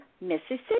Mississippi